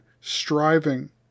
striving